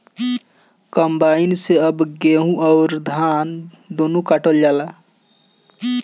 combine से अब गेहूं अउर धान दूनो काटल जाला